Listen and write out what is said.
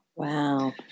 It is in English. Wow